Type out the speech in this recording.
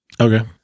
Okay